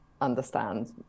understand